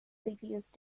refused